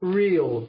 real